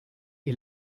est